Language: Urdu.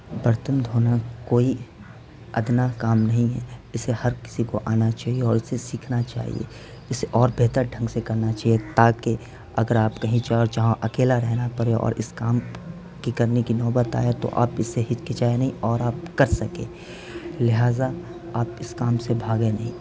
برتن دھونا کوئی ادنیٰ کام نہیں ہے اسے ہر کسی کو آنا چاہیے اور اسے سیکھنا چاہیے اسے اور بہتر ڈھنگ سے کرنا چاہیے تاکہ اگر آپ کہیں جاؤ جہاں اکیلا رہنا پڑے اور اس کام کے کرنے کی نوبت آئے تو آپ اس سے ہچکچائے نہیں اور آپ کر سکے لہٰذا آپ اس کام سے بھاگیں نہیں